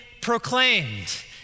proclaimed